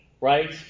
right